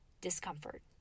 discomfort